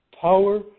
power